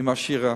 עם השירה.